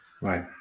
Right